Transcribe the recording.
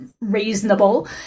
reasonable